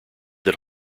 that